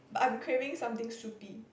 but I'm craving something soupy